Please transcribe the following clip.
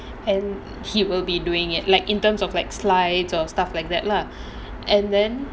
and he will be doing it like in terms of like slides or stuff like that lah and then